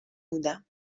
بودم